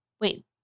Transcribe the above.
Wait